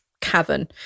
cavern